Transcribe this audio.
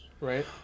right